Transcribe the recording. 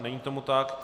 Není tomu tak.